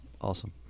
Awesome